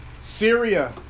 Syria